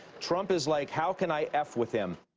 trump is like, how can i f with him?